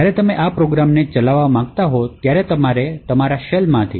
જ્યારે તમે આ પ્રોગ્રામને ચલાવવા માંગતા હો ત્યારે તમે તમારા શેલમાંથી